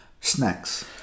snacks